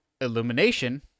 Illumination